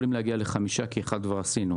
יכולים להגיע לחמישה, כי אחד כבר עשינו.